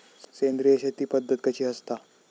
सेंद्रिय शेती पद्धत कशी असता?